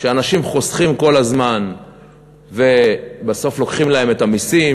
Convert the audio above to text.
שאנשים חוסכים כל הזמן ובסוף לוקחים להם את המסים.